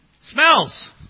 Smells